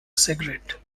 cigarette